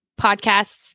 podcasts